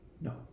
No